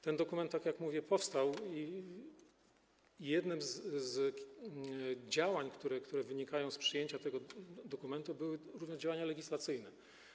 Ten dokument, jak mówię, powstał i jednym z działań, które wynikają z przyjęcia tego dokumentu, były również działania legislacyjne.